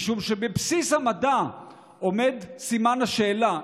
משום שבבסיס המדע עומד סימן השאלה.